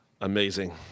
Amazing